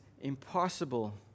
impossible